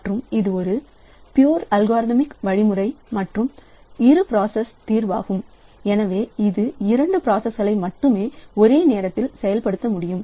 மற்றும் இது ஒரு பியூர் அல்கோரித்மிக் வழிமுறை மற்றும் இரு பிராசஸ் தீர்வாகும் எனவே இது இரண்டு ப்ராசஸ்களை மட்டுமே ஒரே நேரத்தில் செயல் படுத்தும்